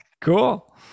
Cool